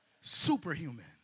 superhuman